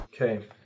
Okay